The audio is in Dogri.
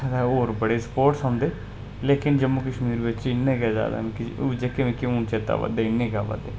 उत्थें ते होर बड़े स्पोट्स होंदे लेकिन जम्मू कश्मीर बिच्च इन्ने गै ज्यादा न कि जेह्के मिकी हून चेता आवा दे इन्ने गै आवा दे